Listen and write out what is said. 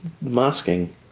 masking